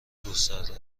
گسترده